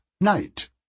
night